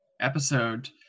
episode